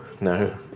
no